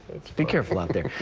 be careful out there.